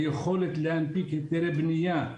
היכולת להנפיק היתרי בנייה,